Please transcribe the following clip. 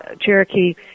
Cherokee